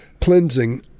cleansing